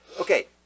okay